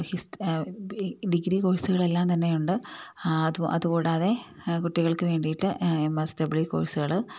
degree കോഴ്സുകളെല്ലാം തന്നെയുണ്ട് അതുകൂടാതെ കുട്ടികൾക്ക് വേണ്ടിയിട്ട് എം എസ് ഡബ്ള്യു കോഴ്സുകള്